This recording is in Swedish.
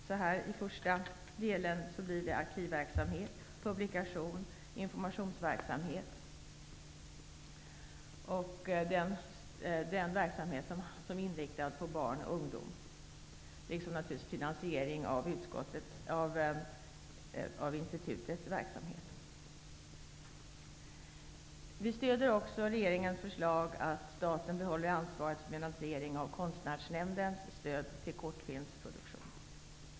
I den första delen kommer arkiv-, publikations och informationsverksamhet, verksamhet inriktad på barn och ungdom liksom också finansieringen av institutets verksamhet att beröras. Utskottsmajoriteten stöder också regeringens förslag om att staten skall behålla ansvaret för finansieringen av Konstnärsnämndens stöd till kortfilmsproduktion.